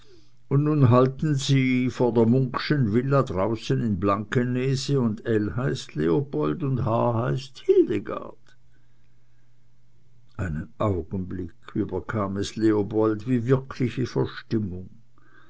und nun halten sie vor der munkschen villa draußen in blankenese und l heißt leopold und h heißt hildegard einen augenblick überkam es leopold wie wirkliche verstimmung